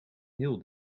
heel